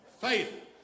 faith